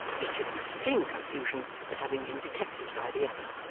each in extreme confusion at having been detected by the other.